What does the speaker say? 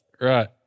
right